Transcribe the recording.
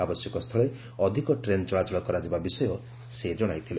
ଆବଶ୍ୟକସ୍ଥଳେ ଅଧିକ ଟ୍ରେନ୍ ଚଳାଚଳ କରାଯିବା ବିଷୟ ସେ ଜଣାଇଥିଲେ